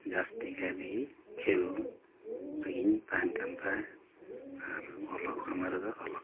ᱡᱟᱹᱥᱛᱤ ᱠᱟᱭ ᱛᱮᱜᱮ ᱠᱷᱮᱞ ᱨᱮᱜᱮᱧ ᱛᱟᱦᱮᱱ ᱠᱟᱱ ᱛᱟᱦᱮᱸᱫ ᱟᱨ ᱚᱞᱚᱜ ᱥᱚᱢᱚᱭ ᱨᱮᱫᱚ ᱚᱞᱚᱜ